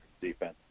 defense